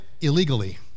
illegally